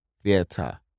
Theater